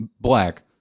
black